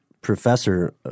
professor